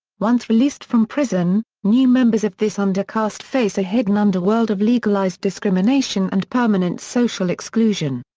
once released from prison, new members of this undercast face a hidden underworld of legalized discrimination and permanent social exclusion.